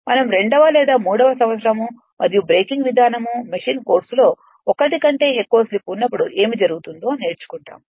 మనం రెండవ లేదా మూడవ సంవత్సరం మరియు బ్రేకింగ్ విధానం మెషిన్ కోర్సులో ఒకటి కంటే ఎక్కువ స్లిప్ ఉన్నప్పుడు ఏమి జరుగుతుందో నేర్చుకుంటాము